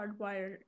hardwired